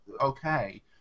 okay